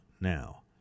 now